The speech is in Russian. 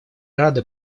рады